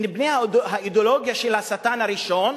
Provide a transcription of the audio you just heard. הם בני האידיאולוגיה של השטן הראשון,